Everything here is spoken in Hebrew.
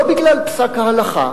לא בגלל פסק ההלכה,